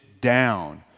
down